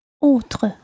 Autre